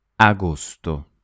Agosto